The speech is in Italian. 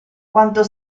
quanto